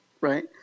right